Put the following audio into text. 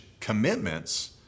commitments